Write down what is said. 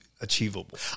achievable